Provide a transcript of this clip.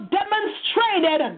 demonstrated